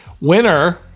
Winner